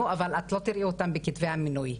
אבל את לא תראי אותן בכתבי המינוי.